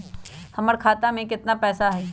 हमर खाता में केतना पैसा हई?